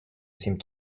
seemed